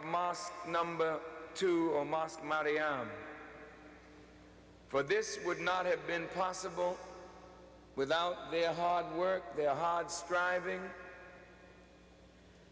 mosque number two on mosque but this would not have been possible without their hard work hard striving